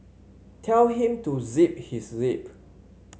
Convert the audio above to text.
tell him to zip his lip